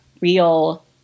real